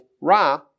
Ra